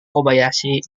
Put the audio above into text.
kobayashi